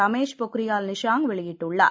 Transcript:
ரமேஷ் பொக்ரியால் நிஷாங்க் வெளியிட்டுள்ளார்